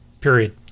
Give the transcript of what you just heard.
Period